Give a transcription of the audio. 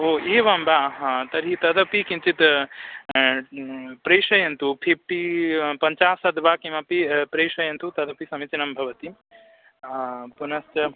ओ एवं वा हा तर्हि तदपि किञ्चित् प्रेषयन्तु फ़िफ़्टि पञ्चाशद् वा किमपि प्रेषयन्तु तदपि समीचीनं भवति पुनश्च